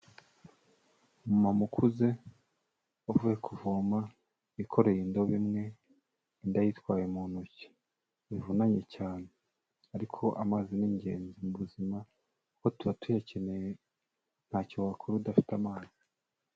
Umumama ukuze wavuye kuvoma yikoreye indobo imwe indi ayitwaye mu ntoki bivunanye cyane ariko amazi ni ingenzi mu buzima kuko tuba tuyakeneye ntacyo wakora udafite amazi.